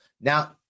Now